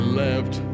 left